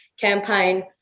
campaign